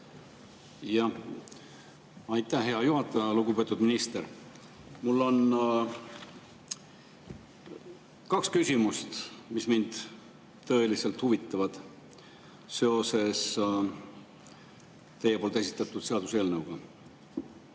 Aitäh, hea juhataja! Lugupeetud minister! Mul on kaks küsimust, mis mind tõeliselt huvitavad seoses teie esitatud seaduseelnõuga.